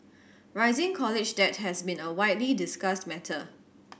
rising college debt has been a widely discussed matter